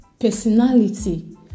personality